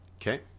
Okay